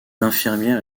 infirmière